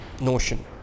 notion